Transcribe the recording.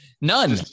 None